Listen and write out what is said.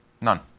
None